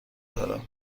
دارم